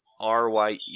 RYE